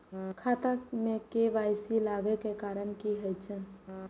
खाता मे के.वाई.सी लागै के कारण की होय छै?